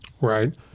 Right